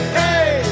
hey